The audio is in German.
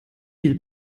viel